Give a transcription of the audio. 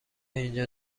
اینجا